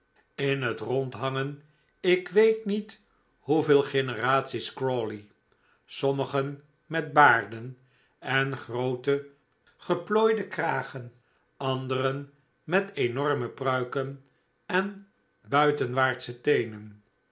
in het rond hangen ik weet niet hoeveel generaties crawley sommigen met baarden en groote geplooide kragen anderen met enorme pruiken en buitenwaartsche teenen